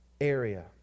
area